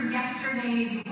yesterday's